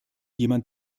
jemand